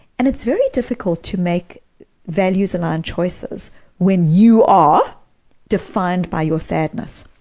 and it's very difficult to make values-aligned choices when you are defined by your sadness.